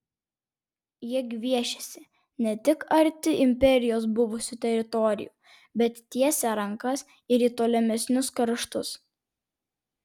jie gviešiasi ne tik arti imperijos buvusių teritorijų bet tiesia rankas ir į tolimesnius kraštus